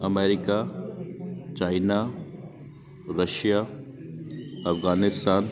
America China Russia Afghanistan